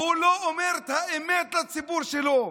הוא לא אומר את האמת לציבור שלו,